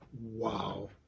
Wow